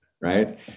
Right